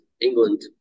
england